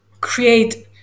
create